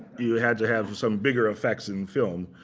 you had to have some bigger effects in film.